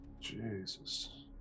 Jesus